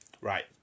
right